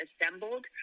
assembled